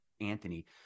anthony